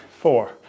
four